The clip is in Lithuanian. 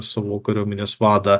savo kariuomenės vadą